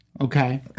Okay